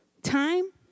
time